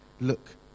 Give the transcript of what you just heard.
Look